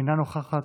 אינה נוכחת,